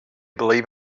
believe